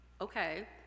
Okay